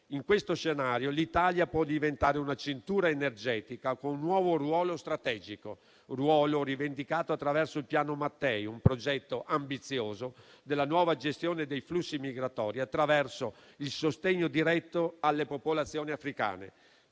In questo scenario, l'Italia può diventare una cintura energetica con un nuovo ruolo strategico; ruolo rivendicato attraverso il Piano Mattei, un progetto ambizioso della nuova gestione dei flussi migratori attraverso il sostegno diretto alle popolazioni africane.